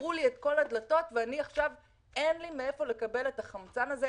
סגרו לי את כל הדלתות ועכשיו אין לי מאיפה לקבל את החמצן הזה,